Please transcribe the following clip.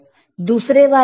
दूसरे वाले का कैसा होगा